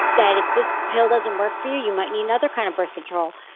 that if this pill doesn't work for you, you might need another kind of birth control.